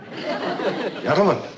Gentlemen